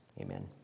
amen